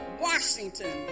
Washington